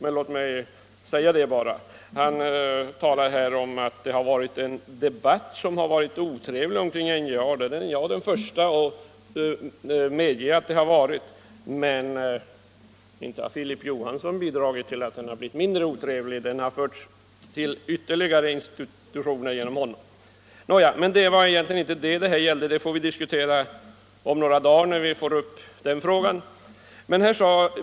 Filip Johansson talar här om att det har varit en otrevlig debatt kring NJA, och det är jag den förste att medge —- men inte har Filip Johansson bidragit till att göra den mindre otrevlig. Den har förts till ytterligare insinuationer genom honom. Nå, det var egentligen inte det här jag skulle tala om; det får vi diskutera om några dagar.